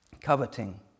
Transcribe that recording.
coveting